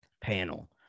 panel